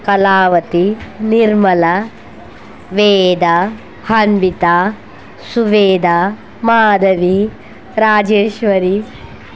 Kalavathi Nirmala Veda Hanvitha Suveda Madhavi Rajeshwari